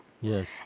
Yes